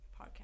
Podcast